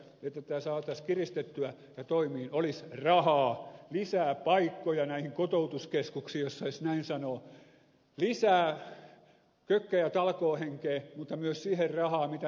jotta tätä saataisiin kiristettyä ja tämä saataisiin toimimaan tarvittaisiin ainoastaan rahaa lisää paikkoja näihin kotoutuskeskuksiin jos saisi näin sanoa lisää kökkä ja talkoohenkeä mutta myös siihen rahaa mistä ed